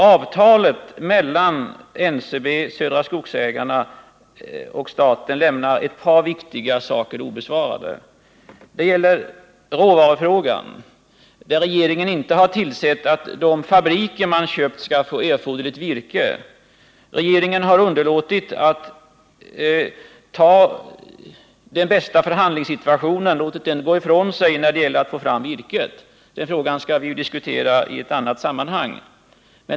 Avtalet mellan NCB, Södra Skogsägarna och staten lämnar ett par viktiga frågor obesvarade. Det gäller till att börja med råvarufrågan, där regeringen inte har tillsett att de fabriker mak har köpt får erforderligt virke. Regeringen har underlåtit att ta vara på den bästa förhandlingssituationen när det gäller att få fram virke — man har låtit den gå ifrån sig. Den frågan skall vi diskutera i ett annat sammanhang.